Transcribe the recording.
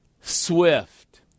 Swift